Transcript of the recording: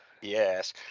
yes